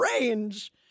range